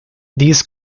these